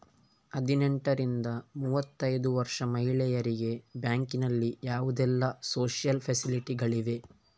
ಹದಿನೆಂಟರಿಂದ ಮೂವತ್ತೈದು ವರ್ಷ ಮಹಿಳೆಯರಿಗೆ ಬ್ಯಾಂಕಿನಲ್ಲಿ ಯಾವುದೆಲ್ಲ ಸೋಶಿಯಲ್ ಫೆಸಿಲಿಟಿ ಗಳಿವೆ?